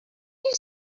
you